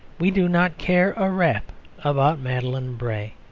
we do not care a rap about madeline bray.